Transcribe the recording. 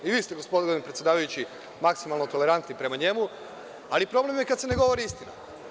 I vi ste gospodine predsedavajući maksimalno tolerantni prema njemu, ali problem je kada se ne govori istina.